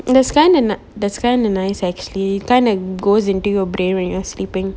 that's kinda that's kinda nice actually kinda goes into your brain when you are sleeping